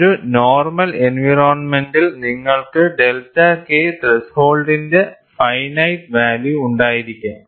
ഒരു നോർമൽ എൻവയറോണ്മെന്റിൽ നിങ്ങൾക്ക് ഡെൽറ്റ K ത്രെഷോൾഡ്ന്റെ ഫൈനൈറ്റ് വാല്യൂ ഉണ്ടായിരിക്കാം